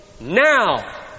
Now